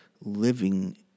living